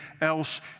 else